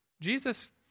Jesus